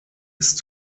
ist